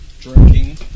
drinking